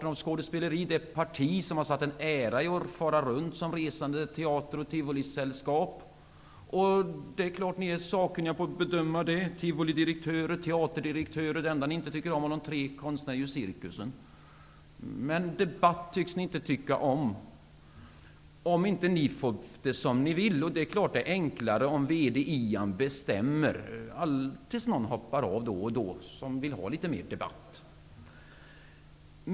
Ny demokrati är det parti som har satt en ära i att fara runt som ett resande teateroch tivolisällskap. Det är därför klart att ni från Ny demokrati är sakkunniga och kan bedöma det - tivolidirektörer och teaterdirektörer. Det enda ni inte tycker om av de tre konsterna är cirkusen. Men debatter tycks ni inte tycka om, om ni inte får det som ni vill. Och det är klart att det är enklare om VD:n Ian bestämmer tills någon som vill ha litet mer debatt hoppar av.